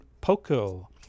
Poco